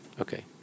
Okay